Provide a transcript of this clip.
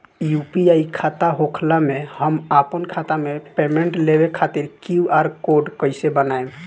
UPI खाता होखला मे हम आपन खाता मे पेमेंट लेवे खातिर क्यू.आर कोड कइसे बनाएम?